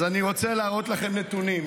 אז אני רוצה להראות לכם נתונים.